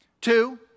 Two